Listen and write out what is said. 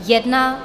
1.